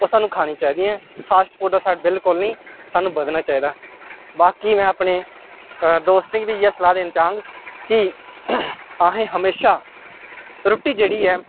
ओह् सानूं खानी चाहि दियां ऐ फास्ट फूड दे साइड बिल्कुल निं सानूं बधना चाहिदा बाकी में अपने दोस्तें गी बी इ'यै सलाह् देन चाह्ङ कि असें गी हमेशा रुट्टी जेह्ड़ी ऐ